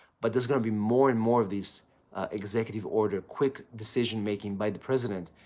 but there's going to be more and more of these executive order quick decision making by the president